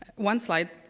one slide,